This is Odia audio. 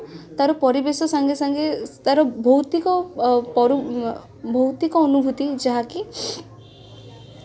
ସୁପର୍ଣ୍ଣରେଖାର ନାକ କାଟି ଦେଇଥିଲେ ଏହି ରାଗର ପ୍ରତିଶୋଧ ନେବା ପାଇଁ